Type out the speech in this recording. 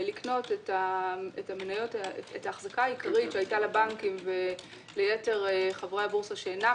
לקנות את האחזקה העיקרית שהייתה לבנקים וליתר חברי הבורסה שאינם